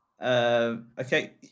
Okay